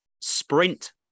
sprint